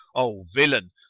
o villain,